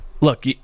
Look